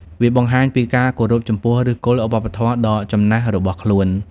វាបង្ហាញពីការគោរពចំពោះឫសគល់វប្បធម៌ដ៏ចំណាស់របស់ខ្លួន។